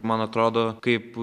man atrodo kaip